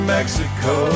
Mexico